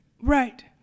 Right